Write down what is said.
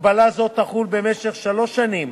הגבלה זו תחול במשך שלוש שנים